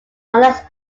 unless